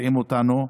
רואים אותנו,